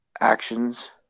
actions